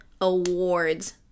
awards